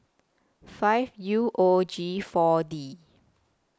five U O G four D